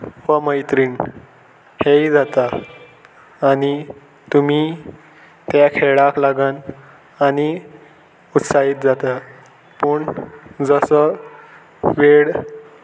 हो मैत्रीण हेय जाता आनी तुमी त्या खेळाक लागून आनी उत्साहीत जाता पूण जसो वेळ